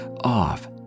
off